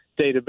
database